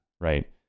right